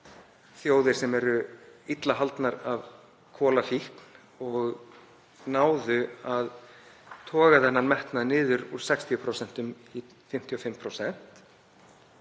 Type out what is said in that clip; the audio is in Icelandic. þjóðir sem eru illa haldnar af kolafíkn og náðu að toga þennan metnað niður úr 60% í 55%,